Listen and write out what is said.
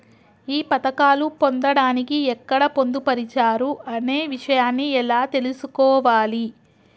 ఈ పథకాలు పొందడానికి ఎక్కడ పొందుపరిచారు అనే విషయాన్ని ఎలా తెలుసుకోవాలి?